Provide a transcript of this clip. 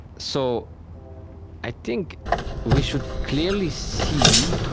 so i think we should clearly see,